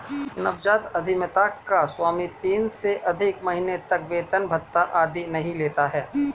नवजात उधमिता का स्वामी तीन से अधिक महीने तक वेतन भत्ता आदि नहीं लेता है